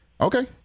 Okay